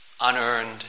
unearned